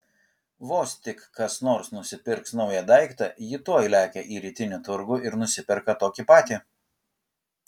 vos tik kas nors nusipirks naują daiktą ji tuoj lekia į rytinį turgų ir nusiperka tokį patį